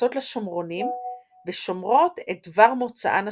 מתייחסות לשומרונים ושומרות את דבר מוצאן השומרוני.